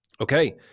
Okay